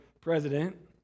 president